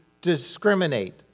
discriminate